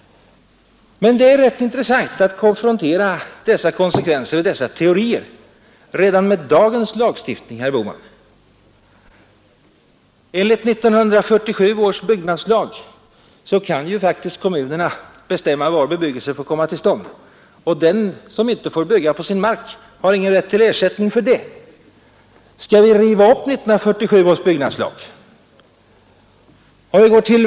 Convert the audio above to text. Det är rätt intressant att konfrontera dessa teorier och deras konsekvenser redan med dagens lagstiftning, herr Bohman. Enligt 1947 års byggnadslag kan kommunerna faktiskt bestämma var tätbebyggelse får komma till stånd. Den som inte får bygga på sin mark har inte rätt till ersättning härför. Skall vi riva upp 1947 års byggnadslag?